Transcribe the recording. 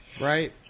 right